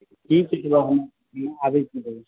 ठीक छै तब हम आबैत छी